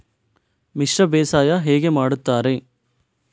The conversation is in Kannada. ಮಿಶ್ರ ಬೇಸಾಯ ಹೇಗೆ ಮಾಡುತ್ತಾರೆ?